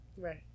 right